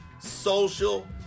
Social